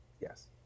Yes